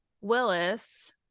willis